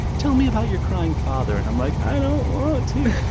tell me about your crying father, and i'm like, i don't want to,